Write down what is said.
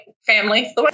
family